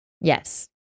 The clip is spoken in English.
Yes